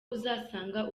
uzasanga